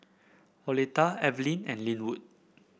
Oleta Evelyne and Lynwood